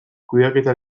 kudeaketa